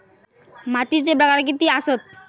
मातीचे प्रकार किती आसत?